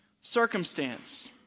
circumstance